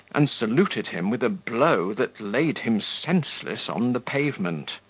and saluted him with a blow that laid him senseless on the pavement.